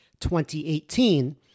2018